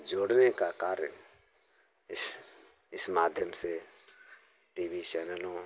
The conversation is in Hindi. जोड़ने का कार्य इस इस माध्यम से टी वी चैनलों